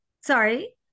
sorry